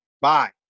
bye